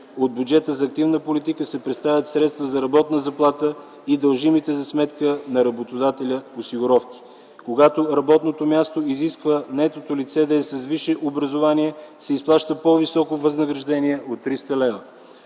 От бюджета за активна политика се предоставят средства за работна заплата и дължимите за сметка на работодателя осигуровки. Когато работното място изисква наетото лице да е с висше образование, се изплаща по-високо възнаграждение от 300 лв.